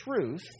truth